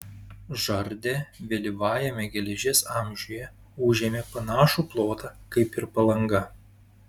žardė vėlyvajame geležies amžiuje užėmė panašų plotą kaip ir palanga